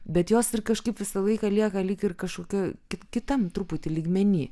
bet jos ir kažkaip visą laiką lieka lyg ir kažkokiu kit kitam truputį lygmeny